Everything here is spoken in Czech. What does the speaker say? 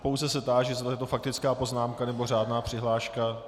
Pouze se táži, zda je to faktická poznámka, nebo řádná přihláška.